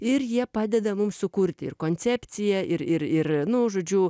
ir jie padeda mums sukurti ir koncepciją ir ir ir nu žodžiu